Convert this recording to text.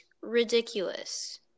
ridiculous